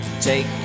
Take